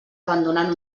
abandonant